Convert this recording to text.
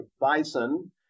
bison